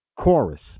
chorus